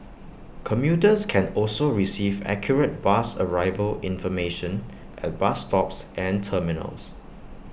commuters can also receive accurate bus arrival information at bus stops and terminals